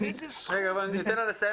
באיזו זכות?